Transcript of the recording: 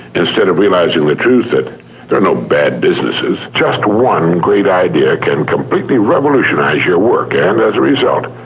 instead of realizing the truth that there are no bad businesses. just one great idea can completely revolutionize your work, and as a result,